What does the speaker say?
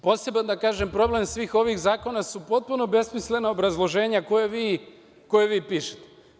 Poseban, da kažem, problem svih ovih zakona su potpuno besmislena obrazloženja koja vi pišete.